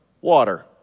water